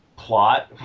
plot